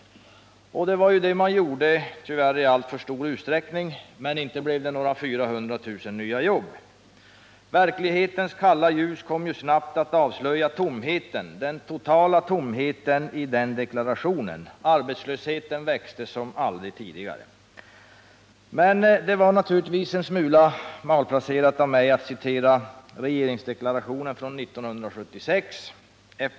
Och det gjorde man ju — i alltför stor utsträckning — men inte blev det några 400 000 nya jobb. Verklighetens kalla ljus kom snabbt att avslöja tomheten, den totala tomheten i den deklarationen. Arbetslösheten växte som aldrig tidigare. Det var naturligtvis en smula malplacerat av mig att citera regeringsdeklarationen från 1976.